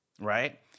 Right